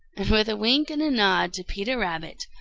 and with a wink and a nod to peter rabbit,